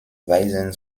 weisen